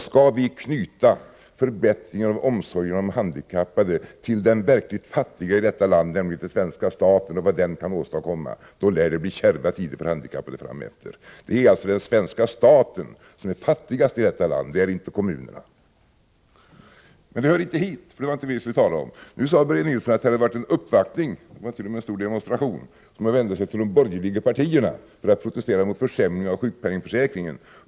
Skall vi knyta förbättringar av omsorgen om handikappade till den verkligt fattiga i detta land, nämligen svenska staten, och vad den kan åstadkomma, då lär det bli kärva tider för de handikappade framöver. Det är alltså den svenska staten, inte kommunerna, som är fattigast i detta land. Men det hör inte hit, för det var inte detta vi skulle tala om. Börje Nilsson sade att det hade varit en uppvaktning, t.o.m. en stor demonstration, där man vänt sig till de borgerliga partierna för att protestera mot försämringar i sjukpenningförsäkringen.